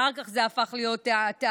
אחר כך זה הפך להיות התאגיד,